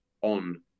on